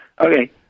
Okay